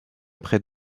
près